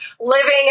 living